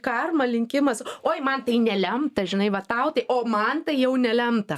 karma linkimas oi man tai nelemta žinai va tau tai o man tai jau nelemta